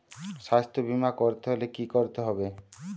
স্বাস্থ্যবীমা করতে হলে কি করতে হবে?